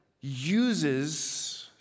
uses